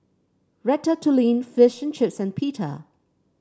Ratatouille Fish and Chips and Pita